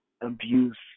Abuse